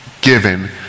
given